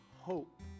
hope